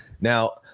Now